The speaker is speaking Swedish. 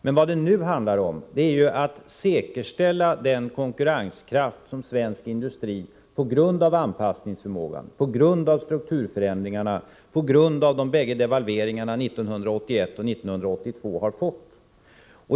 Men vad det nu handlar om är att säkerställa den konkurrenskraft som svensk industri på grund av anpassningsförmågan, på grund av strukturförändringarna och på grund av de bägge devalveringarna 1981 och 1982 har fått.